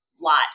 lot